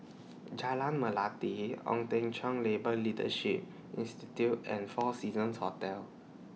Jalan Melati Ong Teng Cheong Labour Leadership Institute and four Seasons Hotel